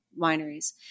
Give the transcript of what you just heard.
wineries